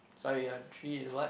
sorry your three is what